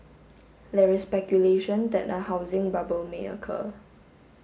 there is speculation that a housing bubble may occur